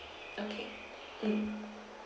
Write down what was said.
okay mm